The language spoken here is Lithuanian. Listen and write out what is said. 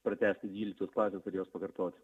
pratęsti dvyliktos klasės ar jos pakartoti